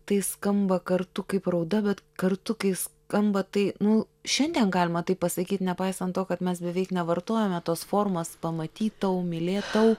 tai skamba kartu kaip rauda bet kartu kai skamba tai nu šiandien galima taip pasakyt nepaisant to kad mes beveik nevartojome tos formos pamatytau mylėtau